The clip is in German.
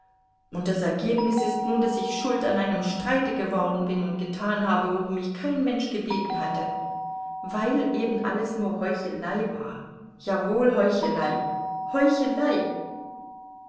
und das ergebnis ist nun daß ich schuld an einem streite geworden bin und getan habe worum mich kein mensch gebeten hatte weil eben alles nur heuchelei war jawohl heuchelei heuchelei